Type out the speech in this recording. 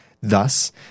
Thus